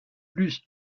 plus